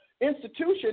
Institution